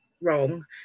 wrong